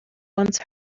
once